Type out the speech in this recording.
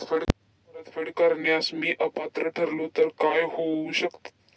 कर्ज परतफेड करण्यास मी अपात्र ठरलो तर काय होऊ शकते?